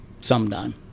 sometime